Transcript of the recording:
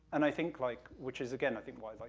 and i think, like, which is, again, i think why, like,